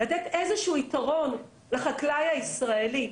לתת איזשהו יתרון לחקלאי הישראלי,